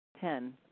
Ten